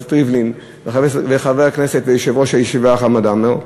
חבר הכנסת ריבלין וחבר הכנסת ויושב-ראש הישיבה חמד עמאר,